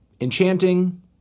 enchanting